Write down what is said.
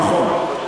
נכון.